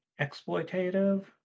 exploitative